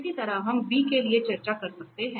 इसी तरह हम v के लिए चर्चा कर सकते हैं